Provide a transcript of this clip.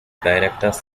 directors